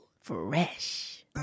Fresh